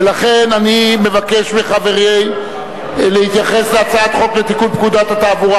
ולכן אני מבקש מחברי להתייחס להצעת חוק לתיקון פקודת התעבורה